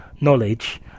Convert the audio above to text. knowledge